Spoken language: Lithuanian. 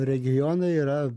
regionai yra